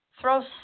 throw